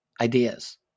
ideas